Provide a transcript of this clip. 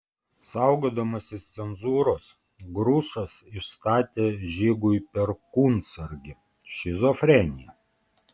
saugodamasis cenzūros grušas išstatė žigui perkūnsargį šizofreniją